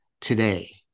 today